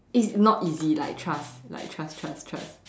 it's not easy like trust like trust trust trust